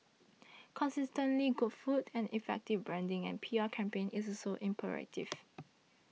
consistently good food and effective branding and P R campaign is also imperative